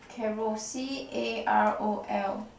Carol c_a_r_o_l